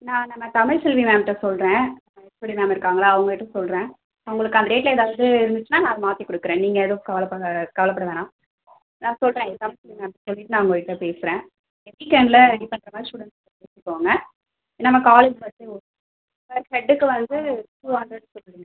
நான் நம்ம தமிழ்செல்வி மேம்கிட்ட சொல்கிறேன் உங்கள் ஹெச்ஓடி மேம் இருக்காங்கல்லே அவங்கக் கிட்டே சொல்கிறேன் அவங்களுக்கு அந்த டேட்டில் ஏதாவது இருந்துச்சுன்னால் நான் அதை மாற்றி கொடுக்குறேன் நீங்கள் எதுவும் கவலைப்பட கவலைப்பட வேணாம் நான் சொல்கிறேன் தமிழ்செல்வி மேம் கிட்டே சொல்லிவிட்டு நான் உங்கள் கிட்டே பேசுகிறேன் வீக் எண்ட்டில் ரெடி பண்ணுற மாதிரி ஸ்டூடெண்ஸ் பேசிக்கோங்க பண்ணிக்கோங்க ஏன்னால் நம்ம காலேஜ் பஸ்ஸே ஓகே பர் ஹெட்டுக்கு வந்து டூ ஹண்ட்ரட் சொல்லுங்கள்